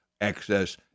access